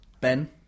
Ben